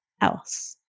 else